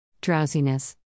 Drowsiness